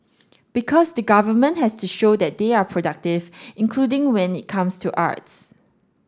because the government has to show that they are productive including when it comes to arts